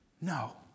No